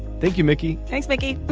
thank you, mickey. thanks, mickey